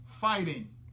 Fighting